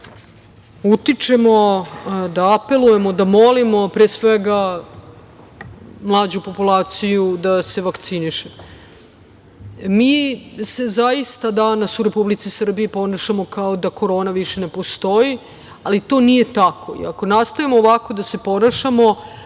da utičemo, da apelujemo, da molimo pre svega mlađu populaciju da se vakciniše. Zaista se danas u Republici Srbiji ponašamo kao da korona više ne postoji, ali to nije tako i ako nastavimo ovako da se ponašamo,